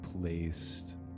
placed